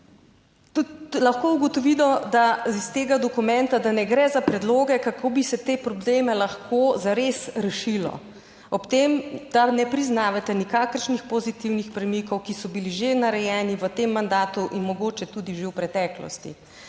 lahko ugotovimo, da iz tega dokumenta, da ne gre za predloge, kako bi se te probleme lahko zares rešilo. Ob tem, da ne priznavate nikakršnih pozitivnih premikov, ki so bili že narejeni v tem mandatu in mogoče tudi že v preteklosti.